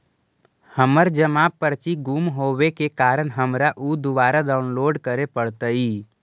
हमर जमा पर्ची गुम होवे के कारण हमारा ऊ दुबारा डाउनलोड करे पड़तई